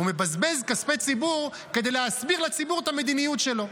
הוא מבזבז כספי ציבור כדי להסביר לציבור את המדיניות שלו.